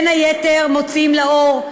בין היתר מוציאים לאור,